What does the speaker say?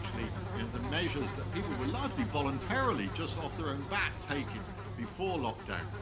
actually, and the measures that people were largely, voluntarily, just off their own back, taking before lockdown,